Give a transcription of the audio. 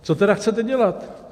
Co tedy chcete dělat?